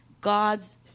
God's